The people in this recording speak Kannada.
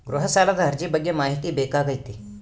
ಗೃಹ ಸಾಲದ ಅರ್ಜಿ ಬಗ್ಗೆ ಮಾಹಿತಿ ಬೇಕಾಗೈತಿ?